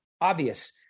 obvious